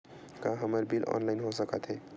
का हमर bill online हो सकत हे?